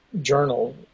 journal